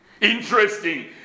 interesting